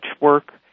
work